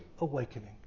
Awakening